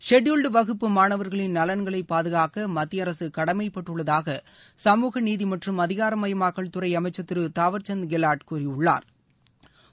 scheduled வகுப்பு மாணவர்களின் நலன்களை பாதுகாக்க மத்திய அரசு கடமைப்பட்டுள்ளதாக சமூக நீதி மற்றும் அதிகாரமயமாக்கல் துறை அமைச்சா் திரு தாவாா்சந்த் கெலாட் கூறியுள்ளாா்